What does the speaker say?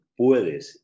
puedes